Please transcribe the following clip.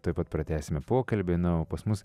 tuoj pat pratęsime pokalbį na o pas mus